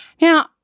Now